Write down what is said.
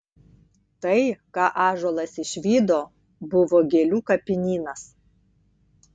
tai ką ąžuolas išvydo buvo gėlių kapinynas